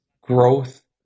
growth